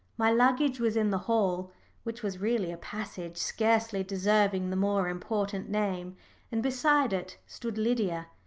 my luggage was in the hall which was really a passage scarcely deserving the more important name and beside it stood lydia.